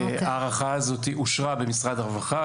ההארכה הזו אושרה במשרד הרווחה.